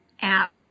app